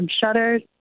shutters